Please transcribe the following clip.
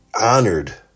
honored